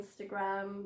Instagram